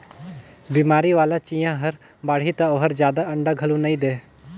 बेमारी वाला चिंया हर बाड़ही त ओहर जादा अंडा घलो नई दे